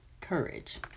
Courage